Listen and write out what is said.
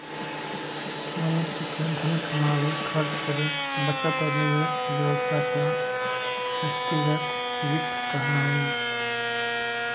मनुष्य के धन कमावे, खर्च करे, बचत और निवेश से जुड़ल फैसला व्यक्तिगत वित्त कहला हय